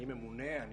אני ממונה על